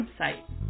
website